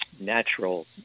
natural